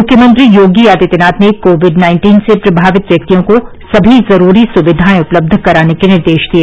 मुख्यमंत्री योगी आदित्यनाथ ने कोविड नाइन्टीनसे प्रभावित व्यक्तियों को सभी जरूरी सुविधाएं उपलब्ध कराने के निर्देश दिए